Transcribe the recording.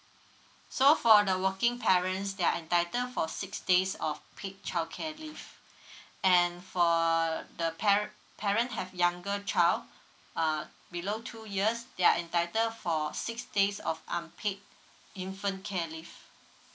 so for the working parents they are entitled for six days off peak childcare leave and for err the parrot parent have younger child uh below two years they are entitled for six days of unpaid infant care leave